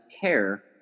care